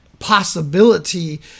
possibility